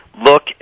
look